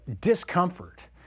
discomfort